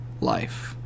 life